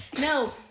no